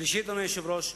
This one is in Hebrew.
שלישית, אדוני היושב-ראש,